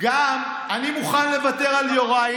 אני מוכן לוותר על יוראי.